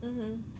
mmhmm